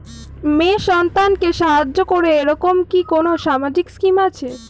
মেয়ে সন্তানকে সাহায্য করে এরকম কি কোনো সামাজিক স্কিম আছে?